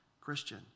Christian